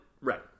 Right